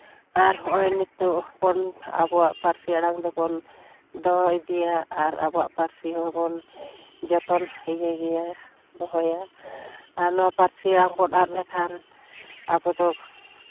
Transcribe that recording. ᱟᱨ ᱱᱚᱜᱼᱚᱭ ᱱᱤᱛᱳᱜ ᱦᱚᱸᱵᱚᱱ ᱟᱵᱚᱣᱟᱜ ᱯᱟᱹᱨᱥᱤ ᱟᱲᱟᱝ ᱫᱚᱵᱚᱱ ᱫᱚᱦᱚ ᱤᱫᱤᱭᱟ ᱟᱨ ᱟᱵᱚᱣᱟᱜ ᱯᱟᱹᱨᱥᱤ ᱦᱚᱸᱵᱚᱱ ᱡᱚᱛᱚ ᱤᱭᱟᱹᱭ ᱜᱮᱭᱟ ᱫᱚᱦᱚᱭᱟ ᱟᱨ ᱱᱚᱣᱟ ᱯᱟᱹᱨᱥᱤ ᱟᱲᱟᱝ ᱵᱚᱱ ᱟᱫᱽ ᱞᱮᱠᱷᱟᱱ ᱟᱵᱚ ᱫᱚ